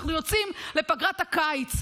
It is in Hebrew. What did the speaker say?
אנחנו יוצאים לפגרת הקיץ,